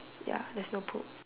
ya there's no poop